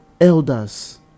elders